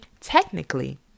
Technically